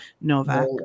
Novak